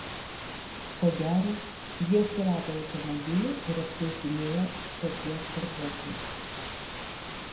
ko gero jie surado automobilį ir apklausinėjo stoties darbuotojus